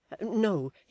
no